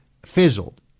fizzled